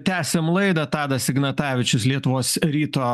tęsiam laidą tadas ignatavičius lietuvos ryto